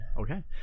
Okay